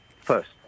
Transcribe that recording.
first